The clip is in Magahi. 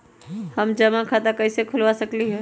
हम जमा खाता कइसे खुलवा सकली ह?